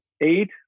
eight